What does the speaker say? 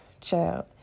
child